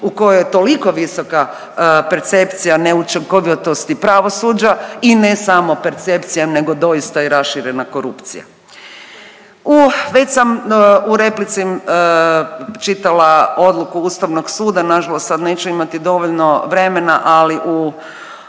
u kojoj je toliko visoka percepcija neučinkovitosti pravosuđa i ne samo percepcija nego doista i raširena korupcija. U, već sam u replici čitala odluku Ustavnog suda, nažalost sad neću imati dovoljno vremena ali u,